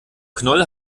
knoll